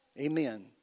Amen